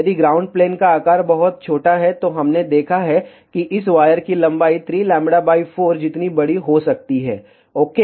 यदि ground plane का आकार बहुत छोटा है तो हमने देखा है कि इस वायर की लंबाई 3λ 4 जितनी बड़ी हो सकती है ओके